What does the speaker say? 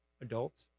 adults